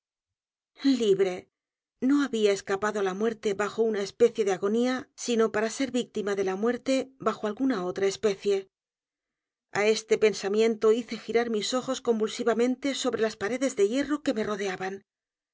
n o había escapado á la muerte bajo una especie de agonía sino para ser víctima de la muerte bajo alguna otra especie a este pensamiento hice girar mis ojos convulsivamente sobre las paredes de hierro que me rodeaban